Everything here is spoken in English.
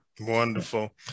Wonderful